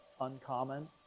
uncommon